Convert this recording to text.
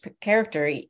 character